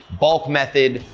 bulk method,